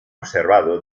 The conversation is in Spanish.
observado